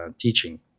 teaching